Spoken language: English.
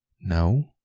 No